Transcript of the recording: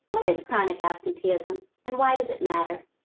what is chronic absenteeism, and why does it matter?